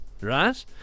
right